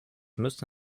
müsste